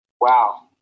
wow